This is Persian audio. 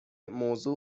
موضوع